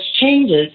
changes